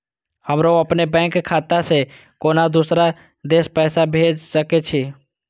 हमरो अपने बैंक खाता से केना दुसरा देश पैसा भेज सके छी?